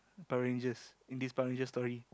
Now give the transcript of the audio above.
Power-Rangers in this Power-Rangers story